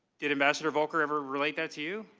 did ambassador volker ever relate that to you.